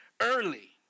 Early